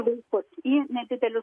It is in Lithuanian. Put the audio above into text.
vaikus į nedidelius